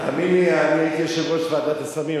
תאמין לי, אני הייתי יושב-ראש ועדת הסמים.